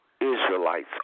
Israelites